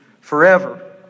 forever